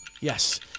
Yes